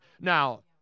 Now